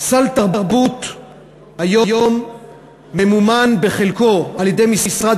סל תרבות היום ממומן בחלקו על-ידי משרד